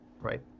right